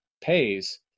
pays